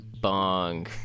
bong